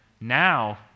Now